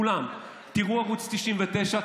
כולם: תראו ערוץ 99,